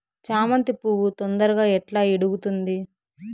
చామంతి పువ్వు తొందరగా ఎట్లా ఇడుగుతుంది?